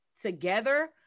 together